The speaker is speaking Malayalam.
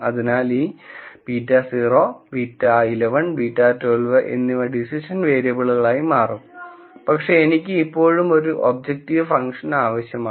അതിനാൽ ഈ β0 β11 β12 എന്നിവ ഡിസിഷൻ വേരിയബിളുകളായി മാറും പക്ഷേ എനിക്ക് ഇപ്പോഴും ഒരു ഒബ്ജക്റ്റീവ് ഫങ്ക്ഷൻ ആവശ്യമാണ്